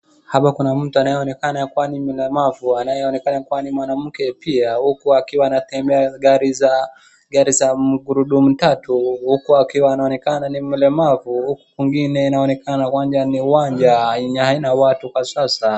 Hapa kuna mtu ambaye anaonekana ni mlemavu ambaye kwani mwanamke pia akiwa anatembea na gari za gurudumu tatu huku anaonekana ni mlemavu ingine inaonekana ni uwanja yenye haina watu kwa sasa.